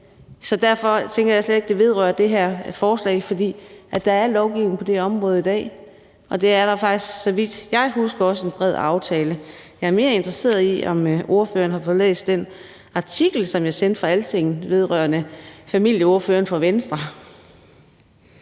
Så derfor tænker jeg slet ikke, at det vedrører det her forslag, for der er lovgivning på det område i dag, og det er der, så vidt jeg husker, også en bred aftale om. Jeg er mere interesseret i, om ordføreren har fået læst den artikel fra Altinget, som jeg sendte, vedrørende familieordføreren for Venstre.